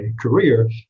career